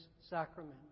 sacrament